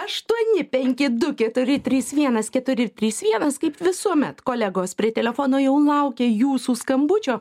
aštuoni penki du keturi trys vienas keturi trys vienas kaip visuomet kolegos prie telefono jau laukia jūsų skambučio